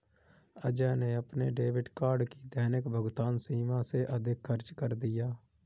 अजय ने अपने debit card की दैनिक भुगतान सीमा से अधिक खर्च कर दिया